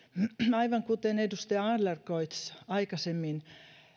aivan kuten edustaja adlercreutz aikaisemmin